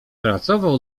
pracował